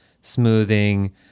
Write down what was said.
smoothing